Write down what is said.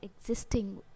existing